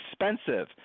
expensive